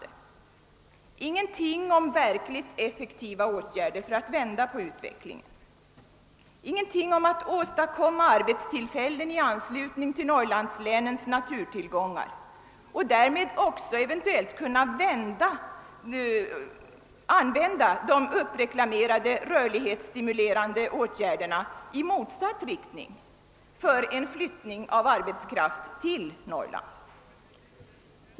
Det sägs ingenting om verkligt effektiva åtgärder för att vända på utvecklingen, ingenting om att åstadkomma arbetstillfällen i anslutning till Norrlandslänens naturtillgångar och därmed också kunna vända de uppreklamerade rörlighetsstimulerande åtgärderna i motsatt riktning — en flyttning av arbetskraft till Norrland.